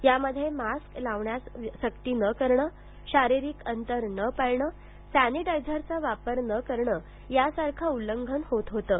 यामध्ये मास्क लावण्यास सक्ती न करणं शारीरिक अंतर न पाळणं सॅनिटायझरचा वापर न करणं यासारखं उल्लंघन होत होतं